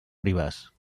ribes